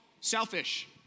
Selfish